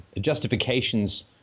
justifications